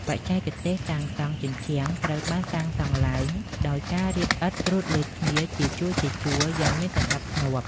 បច្ចេកទេសសាងសង់ ជញ្ជាំងត្រូវបានសាងសង់ឡើងដោយការរៀបឥដ្ឋត្រួតលើគ្នាជាជួរៗយ៉ាងមានសណ្តាប់ធ្នាប់។